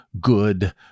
good